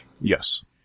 Yes